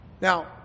Now